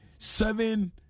Seven